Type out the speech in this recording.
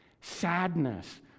Sadness